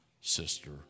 sister